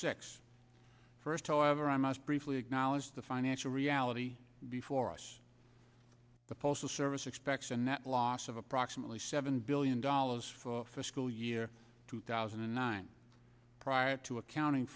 six first however i must briefly acknowledge the financial reality before us the postal service expects a net loss of approximately seven billion dollars for fiscal year two thousand and nine prior to accounting